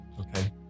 Okay